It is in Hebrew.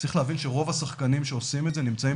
צריך להבין שרוב השחקנים שעושים את זה נמצאים